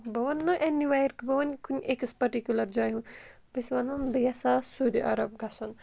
بہٕ وَنہٕ نہٕ اٮ۪نوایَر کہِ بہٕ وَنہِ کُنہِ أکِس پٔٹِکیوٗلَر جایہِ ہُنٛد بہٕ چھَس وَنان بہٕ یَژھان سعیودی عرب گژھُن